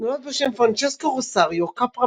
נולד בשם פרנצ'סקו רוסריו קפרה